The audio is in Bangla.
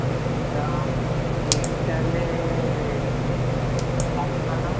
সবজির দাম কুইন্টালে বারোশো টাকা